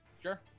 Sure